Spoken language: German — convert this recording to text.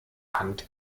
hand